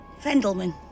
Fendelman